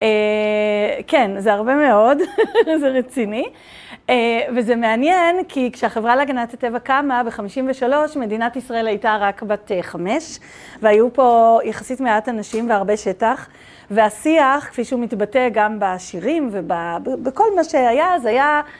כן, זה הרבה מאוד, זה רציני, וזה מעניין כי כשהחברה על הגנת הטבע קמה ב-53' מדינת ישראל הייתה רק בת חמש, והיו פה יחסית מעט אנשים והרבה שטח, והשיח, כפי שהוא מתבטא גם בשירים ובכל מה שהיה, אז היה...